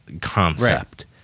concept